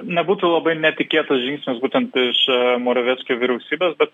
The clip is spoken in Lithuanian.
nebūtų labai netikėtas žingsnis būtent iš moraveckio vyriausybės bet